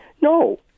No